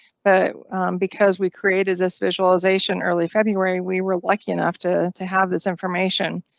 but because we created this visualization early february, we were lucky enough to to have this information.